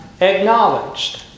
acknowledged